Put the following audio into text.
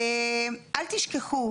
אל תשכחו,